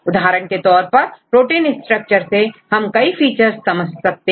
उदाहरण के तौर पर प्रोटीन स्ट्रक्चर से हम कई फीचर्स समझ सकते हैं